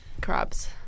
Crabs